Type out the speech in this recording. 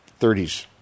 30s